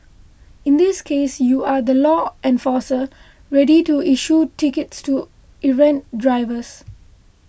in this case you are the law enforcer ready to issue tickets to errant drivers